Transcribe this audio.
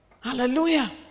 Hallelujah